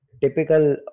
typical